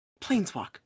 planeswalk